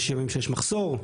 יש ימים שיש מחסור.